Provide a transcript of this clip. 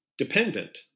dependent